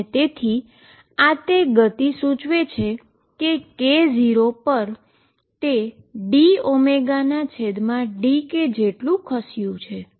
અને તેથી આ તે સ્પીડ સૂચવે છે કે K0 પર તે dω dk ખસ્યું છે